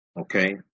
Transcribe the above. okay